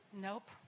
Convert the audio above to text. nope